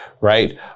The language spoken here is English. right